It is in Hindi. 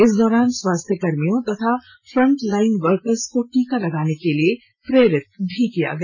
इस दौरान स्वास्थ्य कर्मियों तथा फ्रंटलाइन वर्कर को टीका लगाने के लिए प्रेरित भी किया गया